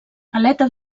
aleta